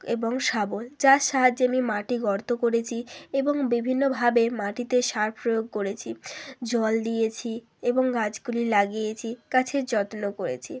এবং শাবল যার সাহায্যে আমি মাটি গর্ত করেছি এবং বিভিন্নভাবে মাটিতে সার প্রয়োগ করেছি জল দিয়েছি এবং গাছগুলি লাগিয়েছি গাছের যত্ন করেছি